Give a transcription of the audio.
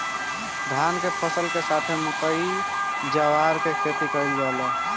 धान के फसल के साथे मकई, जवार के खेती कईल जाला